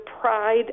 pride